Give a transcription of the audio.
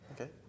Okay